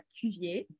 Cuvier